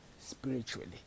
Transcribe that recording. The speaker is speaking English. spiritually